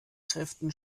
kräften